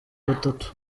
batatu